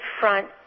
front